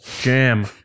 Jam